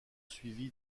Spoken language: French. suivi